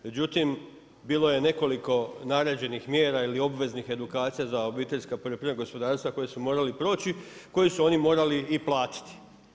Međutim, bilo je nekoliko naređenih mjera ili obveznih edukacija za obiteljska poljoprivredna gospodarstva koji su morali proći, koji su oni morali i platiti.